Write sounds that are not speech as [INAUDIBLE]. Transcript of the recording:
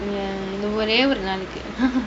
ya இது ஒரே ஒரு நாளைக்கு:ithu orae oru naalaikku [LAUGHS]